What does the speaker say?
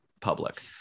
public